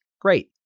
Great